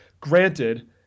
Granted